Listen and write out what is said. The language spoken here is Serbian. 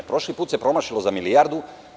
Prošli put se promašilo za milijardu.